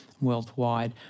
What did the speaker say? worldwide